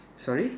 sorry